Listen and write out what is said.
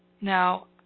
now